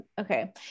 Okay